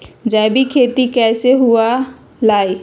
जैविक खेती कैसे हुआ लाई?